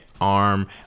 arm